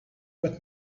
got